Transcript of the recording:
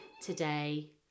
today